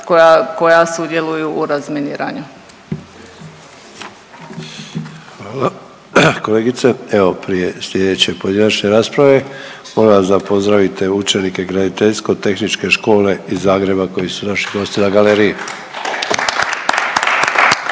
koja sudjeluju u razminiranju. **Sanader, Ante (HDZ)** Hvala kolegice. Evo prije sljedeće pojedinačne rasprave, molim vas da pozdravite učenike Graditeljsko-tehničke škole iz Zagreba koji su naši gosti na galeriji.